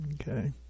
okay